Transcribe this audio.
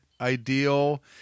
ideal